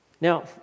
Now